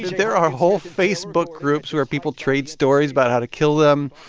there are whole facebook groups where people trade stories about how to kill them.